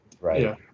Right